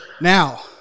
Now